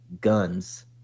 guns